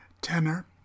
tenor